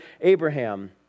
Abraham